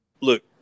look